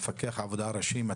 מפקח העבודה הראשי,